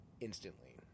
instantly